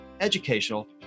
Educational